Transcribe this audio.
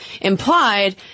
implied